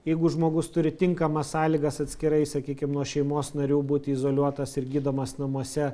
jeigu žmogus turi tinkamas sąlygas atskirai sakykim nuo šeimos narių būti izoliuotas ir gydomas namuose